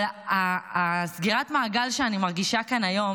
אני מרגישה כאן היום